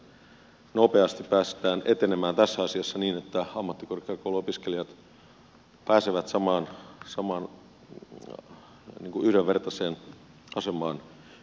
toivon että tosiaan nopeasti päästään etenemään tässä asiassa niin että ammattikorkeakouluopiskelijat pääsevät samaan yhdenvertaiseen asemaan yliopisto opiskelijoiden kanssa